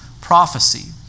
prophecy